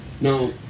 Now